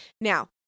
Now